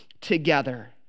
together